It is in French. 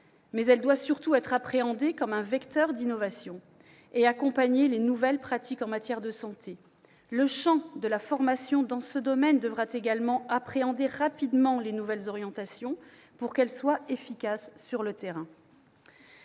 mais elle doit surtout être appréhendée comme un vecteur d'innovation et accompagner les nouvelles pratiques en matière de santé. Le champ de la formation dans ce domaine devra également appréhender rapidement les nouvelles orientations pour qu'elles soient efficaces sur le terrain.